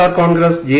R Congress J